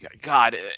God